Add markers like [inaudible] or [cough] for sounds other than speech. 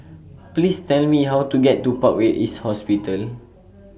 [noise] Please Tell Me How to get to Parkway East Hospital